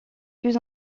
plus